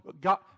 God